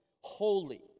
holy